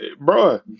bro